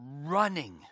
running